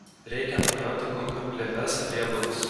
reikia nupjauti kumpio plėves riebalus